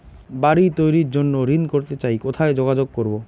বাড়ি তৈরির জন্য ঋণ করতে চাই কোথায় যোগাযোগ করবো?